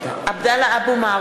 (קוראת בשמות חברי הכנסת) עבדאללה אבו מערוף,